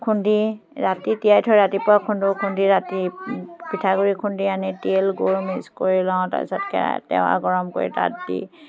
খুন্দি ৰাতি তিয়াই থৈ ৰাতিপুৱা খুন্দো খুন্দি ৰাতি পিঠাগুড়ি খুন্দি আনি তিল গুৰ মিক্স কৰি লওঁ তাৰপিছত তেৱা গৰম কৰি তাত দি